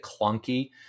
clunky